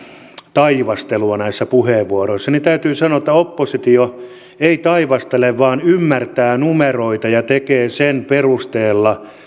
taivastelua näissä puheenvuoroissa niin täytyy sanoa että oppositio ei taivastele vaan ymmärtää numeroita ja tekee sen perusteella